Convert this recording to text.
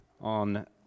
on